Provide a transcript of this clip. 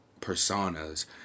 Personas